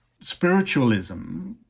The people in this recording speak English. spiritualism